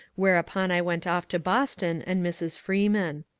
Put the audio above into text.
whereupon i went off to boston and mrs. freeman.